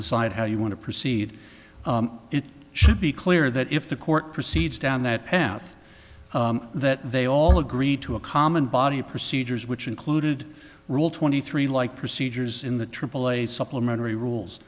decide how you want to proceed it should be clear that if the court proceeds down that path that they all agree to a common body of procedures which included rule twenty three like procedures in the triple a supplementary rules